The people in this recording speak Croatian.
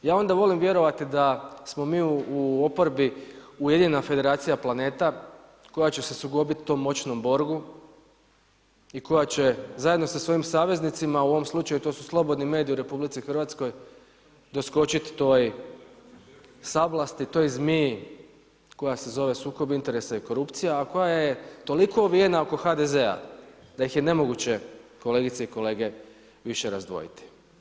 Ja onda volim vjerovati da smo mi u oporbi ujedinjena Federacija planeta koja će se sukobiti tom moćnom Borgu i koja će zajedno sa svojim saveznicima, u ovom slučaju to su slobodni mediji u RH doskočiti toj sablasti, toj zmiji koja se zove sukob interesa i korupcija, a koja je toliko ovijena oko HDZ-a da ih je nemoguće, kolegice i kolege više razdvojiti.